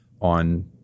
on